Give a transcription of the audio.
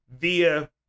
via